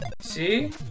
see